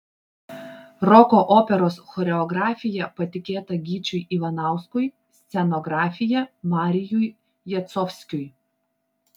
roko operos choreografija patikėta gyčiui ivanauskui scenografija marijui jacovskiui